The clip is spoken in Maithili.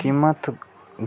कीमत